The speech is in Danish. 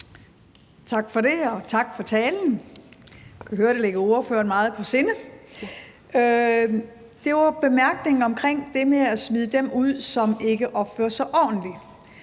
på sinde. I forhold til bemærkningen omkring det med at smide dem ud, som ikke opfører sig ordentligt,